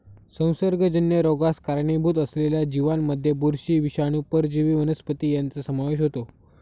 संसर्गजन्य रोगास कारणीभूत असलेल्या जीवांमध्ये बुरशी, विषाणू, परजीवी वनस्पती यांचा समावेश होतो